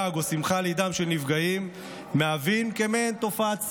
לעג או שמחה לאידם של נפגעים מהווים מעין "תופעת סל"